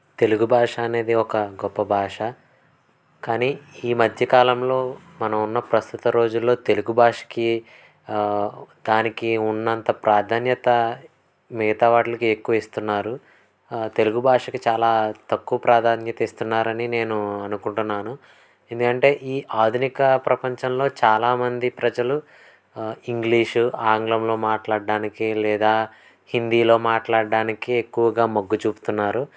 తెలుగు భాష అనేది ఒక గొప్ప భాష కానీ ఈ మధ్యకాలంలో మనం ఉన్న ప్రస్తుత రోజుల్లో తెలుగు భాషకి దానికి ఉన్నంత ప్రాధాన్యత మిగతా వాటికి ఎక్కువ ఇస్తున్నారు తెలుగు భాషకి చాలా తక్కువ ప్రాధాన్యత ఇస్తున్నారని నేను అనుకుంటున్నాను ఎందుకంటే ఈ ఆధునిక ప్రపంచంలో చాలామంది ప్రజలు ఇంగ్లీషు ఆంగ్లంలో మాట్లాడడానికి లేదా హిందీలో మాట్లాడడానికి ఎక్కువగా మొగ్గు చూపుతున్నారు